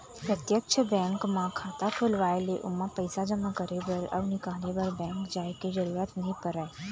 प्रत्यक्छ बेंक म खाता खोलवाए ले ओमा पइसा जमा करे बर अउ निकाले बर बेंक जाय के जरूरत नइ परय